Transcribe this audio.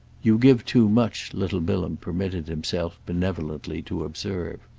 you give too much, little bilham permitted himself benevolently to observe.